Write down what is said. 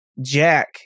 Jack